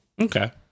Okay